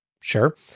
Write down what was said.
Sure